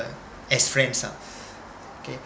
as friends ah okay